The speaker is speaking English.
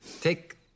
Take